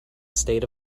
state